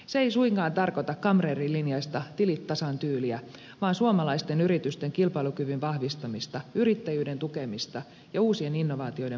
se ei suinkaan tarkoita kamreerilinjaista tilit tasan tyyliä vaan suomalaisten yritysten kilpailukyvyn vahvistamista yrittäjyyden tukemista ja uusien innovaatioiden mahdollistamista